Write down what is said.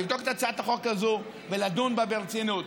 לבדוק את הצעת החוק הזו ולדון בה ברצינות.